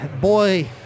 boy